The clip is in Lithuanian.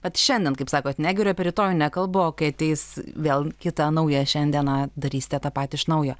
vat šiandien kaip sakot ne geriu apie rytojų nekalbu o kai ateis vėl kita nauja šiandiena darysite tą patį iš naujo